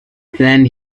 then